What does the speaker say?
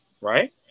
Right